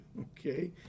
okay